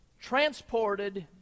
transported